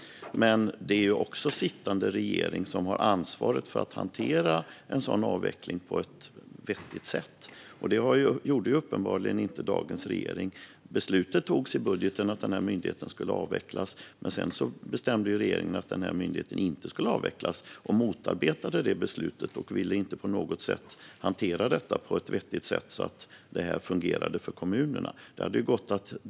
Men det är också sittande regering som har ansvaret för att hantera en sådan avveckling på ett vettigt sätt. Detta gjorde uppenbarligen inte dagens regering. Beslutet togs i budgeten att den här myndigheten skulle avvecklas, men sedan bestämde regeringen att myndigheten inte skulle avvecklas. Man motarbetade beslutet och ville inte hantera detta på ett vettigt sätt så att det fungerade för kommunerna.